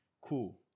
Cool